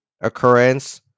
occurrence